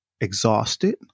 exhausted